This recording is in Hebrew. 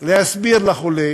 להסביר לחולה